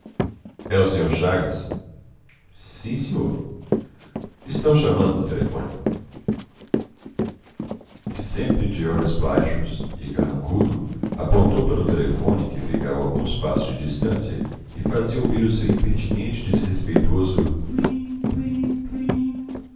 é o senhor chagas sim senhor estão o chamando no telefone e sempre de olhos baixos e carrancudo apontou para o telefone que ficava a alguns passos de distância e fazia ouvir o seu impertinente e desrespeitoso